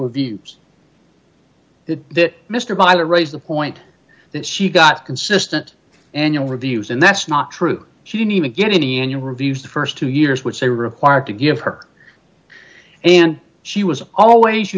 mister by to raise the point that she got consistent annual reviews and that's not true she didn't even get any annual reviews the st two years which they required to give her and she was always